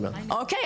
אוקי,